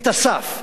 את הסף,